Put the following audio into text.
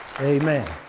Amen